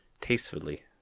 tastefully